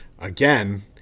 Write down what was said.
Again